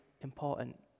important